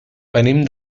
venim